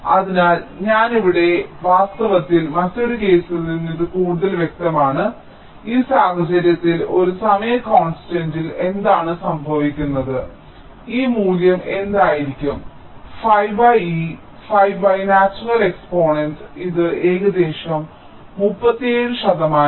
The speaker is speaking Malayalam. അതിനാൽ ഞാൻ ഇവിടെ എത്തും വാസ്തവത്തിൽ മറ്റൊരു കേസിൽ നിന്ന് ഇത് കൂടുതൽ വ്യക്തമാണ് ഈ സാഹചര്യത്തിൽ ഒരു സമയ കോൺസ്റ്റാന്റിൽ എന്താണ് സംഭവിക്കുന്നത് ഈ മൂല്യം എന്തായിരിക്കും 5 e 5 നാച്ചുറൽ എക്സ്പോണേന്റ് ഇത് ഏകദേശം 37 ശതമാനമാണ്